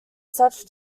such